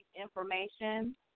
Information